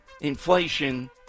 Inflation